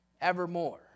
evermore